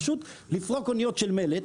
פשוט לפרוק אניות של מלט,